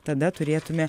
tada turėtume